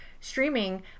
streaming